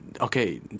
okay